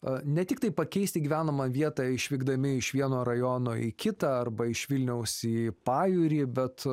a ne tiktai pakeisti gyvenamą vietą išvykdami iš vieno rajono į kitą arba iš vilniaus į pajūrį bet